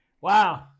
wow